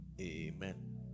amen